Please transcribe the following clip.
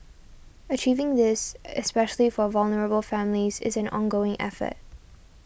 achieving this especially for vulnerable families is an ongoing effort